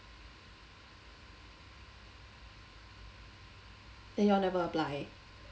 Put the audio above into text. then you all never apply